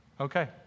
Okay